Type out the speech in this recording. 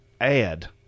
add